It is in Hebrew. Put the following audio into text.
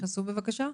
תתייחסו בבקשה.